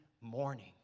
morning